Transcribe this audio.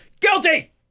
Guilty